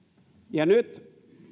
ja nyt